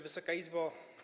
Wysoka Izbo!